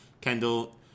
Kendall